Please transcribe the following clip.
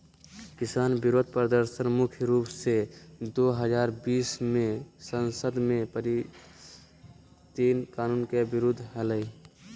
किसान विरोध प्रदर्शन मुख्य रूप से दो हजार बीस मे संसद में पारित तीन कानून के विरुद्ध हलई